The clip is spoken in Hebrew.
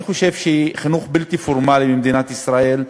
אני חושב שחינוך בלתי פורמלי במדינת ישראל,